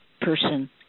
person